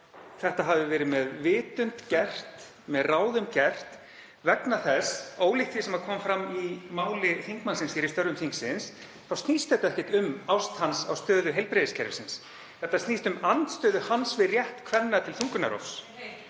þetta hafi verið með vitund gert, með ráðum gert, vegna þess að ólíkt því sem kom fram í máli þingmannsins hér í störfum þingsins þá snýst þetta ekki um ást hans á stöðu heilbrigðiskerfisins. Þetta snýst um andstöðu hans við rétt kvenna til þungunarrofs.